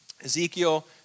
Ezekiel